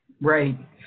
right